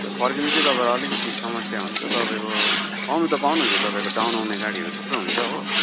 हजुर फर्किनु चाहिँ तपाईँलाई अलिकति समस्या हुन्छ तपाईँको पाउनु त पाउनुहुन्छ तपाईँको डाउन आउने गाडीहरू थुप्रो हुन्छ हो